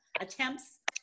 attempts